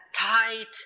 tight